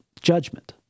judgment